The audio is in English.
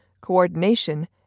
coordination